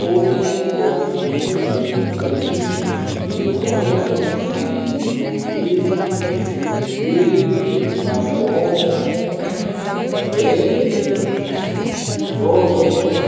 Fôtsy, maintigny, gris, orange, violet, bleu, marron verte, rose.